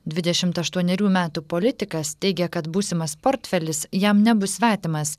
dvidešimt aštuonerių metų politikas teigia kad būsimas portfelis jam nebus svetimas